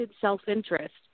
self-interest